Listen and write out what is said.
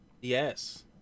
Yes